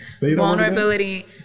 Vulnerability